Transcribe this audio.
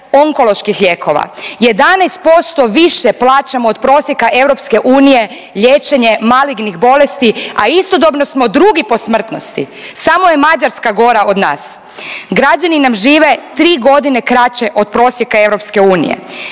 onkoloških lijekova, 11% više plaćamo od prosjeka EU liječenje malignih bolesti, a istodobno smo drugi po smrtnosti, samo je Mađarska gora od nas. Građani nam žive 3.g. kraće od prosjeka EU.